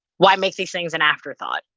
why make these things an afterthought,